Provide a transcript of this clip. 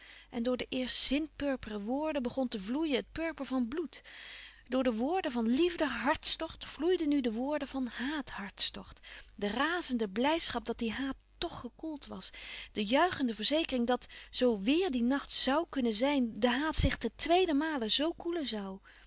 en door de eerst zinpurperen woorden begon te vloeien het purper van bloed door de woorden van liefde hartstocht vloeiden nu de woorden van haat hartstocht de razende blijdschap dat die haat tch gekoeld was de juichende verzekering dat zoo weêr die nacht zoû kunnen zijn de haat zich ten tweeden male z koelen zoû